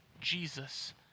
Jesus